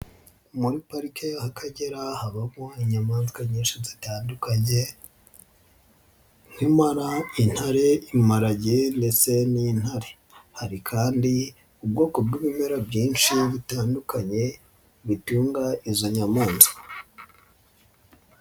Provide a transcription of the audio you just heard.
Muri parike y'Akagera habaho inyamaswa nyinshi zitandukanye nk'impara, intare, imparage ndetse n'intare, hari kandi ubwoko bw'ibimera byinshi bitandukanye bitunga izo nyamaswa.